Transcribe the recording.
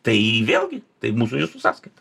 tai vėlgi tai mūsų jūsų sąskaita